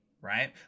right